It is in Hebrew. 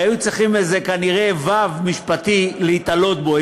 הרי היו צריכים כנראה איזה וו משפטי להיתלות בו,